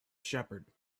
shepherd